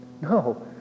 No